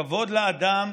הכבוד לאדם,